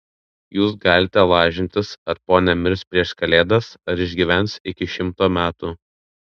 jūs galite lažintis ar ponia mirs prieš kalėdas ar išgyvens iki šimto metų